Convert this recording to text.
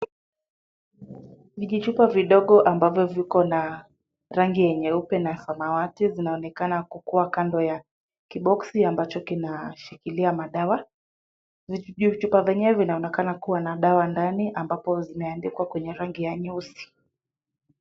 Ni vichupa vidogo ambavyo viko na rangi ya nyeupe na samawati zinaonekana kukuwa Kando ya ki box ambacho kinashikilia madawa. Vichupa vyenyewe vinaonekana kuwa na dawa ndani ambapo zimeandikwa kwenye rangi ya nyeusi.